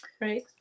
Right